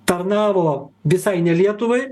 tarnavo visai ne lietuvai